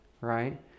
right